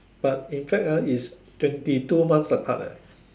but in fact ah is year twenty two months apart eh